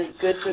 good